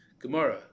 Gemara